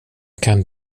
kan